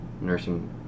nursing